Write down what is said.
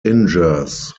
injures